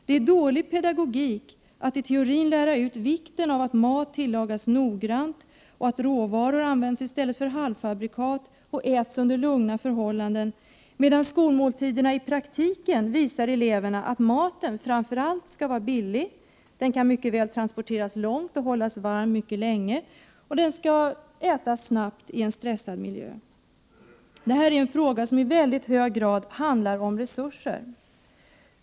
Det är dålig pedagogik att i teorin lära ut vikten av att mat tillagas noggrant samt att råvaror används i stället för halvfabrikat och äts under lugna förhållanden, när skolmåltiderna i praktiken visar eleverna att maten framför allt skall vara billig, att den mycket väl kan transporteras långt och hållas varm mycket länge och att den skall ätas snabbt i en stressad miljö. Den här frågan handlar i mycket hög grad om resurser.